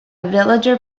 villager